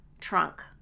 trunk